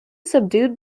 subdued